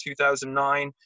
2009